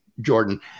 Jordan